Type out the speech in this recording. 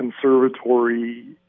conservatory